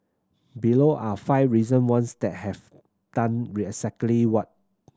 below are five recent ones that have done what